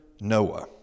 Noah